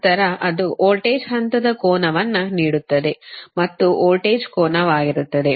ನಂತರ ಅದು ವೋಲ್ಟೇಜ್ ಹಂತದ ಕೋನವನ್ನು ನೀಡುತ್ತದೆ ಅದು ವೋಲ್ಟೇಜ್ ಕೋನವಾಗಿರುತ್ತದೆ